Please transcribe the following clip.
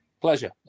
pleasure